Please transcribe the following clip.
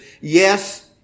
yes